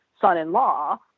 son-in-law